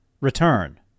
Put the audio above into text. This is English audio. Return